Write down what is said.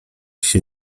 się